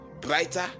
brighter